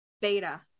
beta